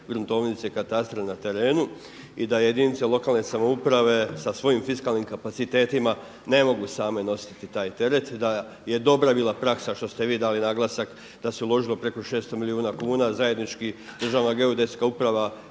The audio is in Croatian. gruntovnice i katastar na terenu i da jedinice lokalne samouprave sa svojim fiskalnim kapacitetima ne mogu same nositi taj teret, da je dobra bila praksa što ste vi dali naglasak da se uložilo preko 600 milijuna kuna zajednički Državna geodetska uprava,